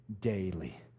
daily